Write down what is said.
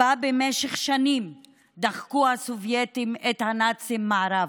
שבה במשך שנים דחקו הסובייטים את הנאצים מערבה,